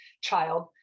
child